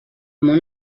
món